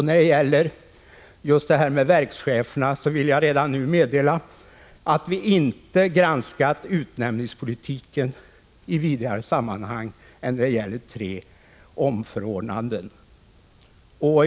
När det gäller frågan om verkscheferna, vill jag dock redan nu meddela att vi inte granskat utnämningspolitikeni vidare sammanhang än såvitt gäller tre omförordnanden.